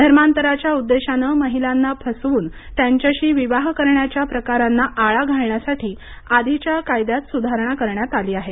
धर्मांतराच्या उद्देशानं महिलांना फसवून त्यांच्याशी विवाह करण्याच्या प्रकारांना आळा घालण्यासाठी आधीच्या कायद्यात सुधारणा करण्यात आली आहे